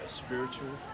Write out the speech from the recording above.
spiritual